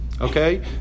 Okay